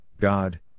God